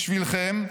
בשבילכם,